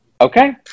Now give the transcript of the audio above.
Okay